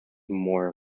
more